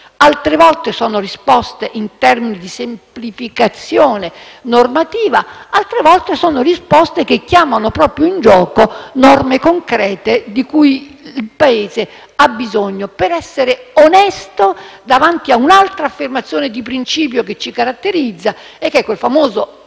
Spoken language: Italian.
altre volte sono risposte in termini di semplificazione normativa; altre volte sono risposte che chiamano proprio in gioco norme concrete di cui il Paese ha bisogno per essere onesto davanti a un'altra affermazione di principio che ci caratterizza, che è quel famoso,